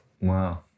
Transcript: Wow